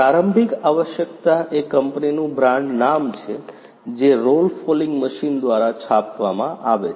પ્રારંભિક આવશ્યકતા એ કંપનીનું બ્રાન્ડ નામ છે જે રોલ ફોલિંગ મશીન દ્વારા છાપવામાં આવે છે